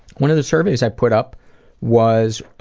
one of the surveys i put up was